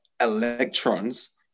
electrons